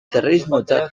terrorismotzat